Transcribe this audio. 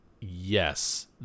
yes